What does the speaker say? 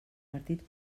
partit